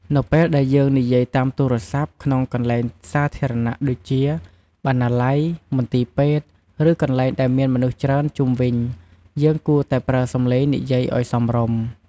នៅពេលដែលយើងនិយាយតាមទូរស័ព្ទក្នុងកន្លែងសាធារណៈដូចជា បណ្ណាល័យ មន្ទីរពេទ្យ ឬកន្លែងដែលមានមនុស្សច្រើនជុំវិញ យើងគួរតែប្រើសំឡេងនិយាយឲ្យសមរម្យ។